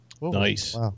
Nice